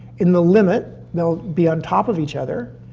in the limit, they'll be on top of each other,